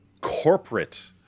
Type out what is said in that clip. corporate